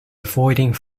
avoiding